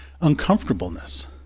uncomfortableness